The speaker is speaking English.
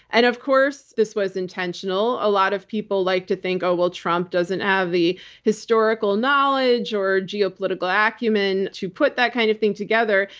and of course, this was intentional. a lot of people like to think, oh, well, trump doesn't have the historical knowledge or geopolitical and acumen to put that kind of thing together.